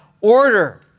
order